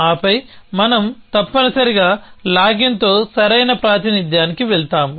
ఆపై మనం తప్పనిసరిగా లాగిన్తో సరైన ప్రాతినిధ్యానికి వెళ్తాము